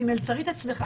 אני מלצרית אצלך,